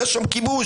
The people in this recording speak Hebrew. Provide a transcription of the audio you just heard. יש שם כיבוש.